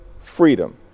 freedom